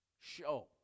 show